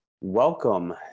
Welcome